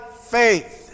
faith